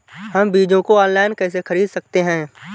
हम बीजों को ऑनलाइन कैसे खरीद सकते हैं?